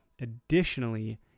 additionally